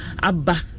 Abba